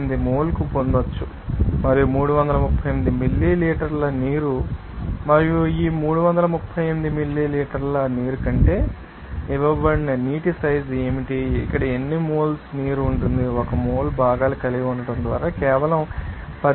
78 మోల్కు పొందవచ్చు మరియు 338 మిల్లీలీటర్ నీరు మరియు ఈ 338 మిల్లీలీటర్ నీరు అంటే ఇవ్వబడిన నీటి సైజ్ ఏమిటి ఇక్కడ ఎన్ని మోల్స్ నీరు ఉంటుంది ఒక మోల్ భాగాలు కలిగి ఉండటం ద్వారా కేవలం 18